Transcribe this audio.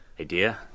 idea